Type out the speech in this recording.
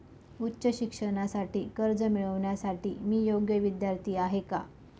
उच्च शिक्षणासाठी कर्ज मिळविण्यासाठी मी योग्य विद्यार्थी आहे का?